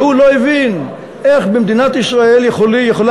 והוא לא הבין איך במדינת ישראל יכולה